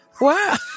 Wow